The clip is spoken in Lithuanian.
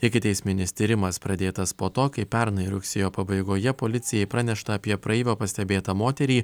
ikiteisminis tyrimas pradėtas po to kai pernai rugsėjo pabaigoje policijai pranešta apie praeivio pastebėtą moterį